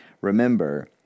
Remember